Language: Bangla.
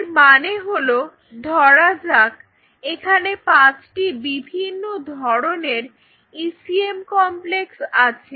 এর মানে হলো ধরা যাক এখানে পাঁচটি বিভিন্ন ধরনের ইসিএম কমপ্লেক্স আছে